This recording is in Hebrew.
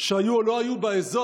שהיו או לא היו באזור,